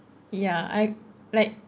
ya I like